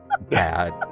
bad